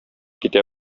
китә